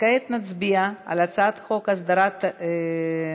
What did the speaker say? כעת נצביע על הצעת חוק הסדרת העיסוק